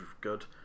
good